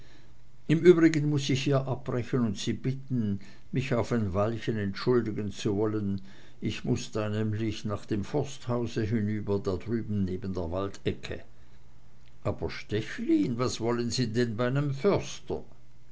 im übrigen muß ich hier abbrechen und sie bitten mich auf ein weilchen entschuldigen zu wollen ich muß da nämlich nach dem forsthause hinüber da drüben neben der waldecke aber stechlin was wollen sie denn bei nem förster